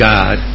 God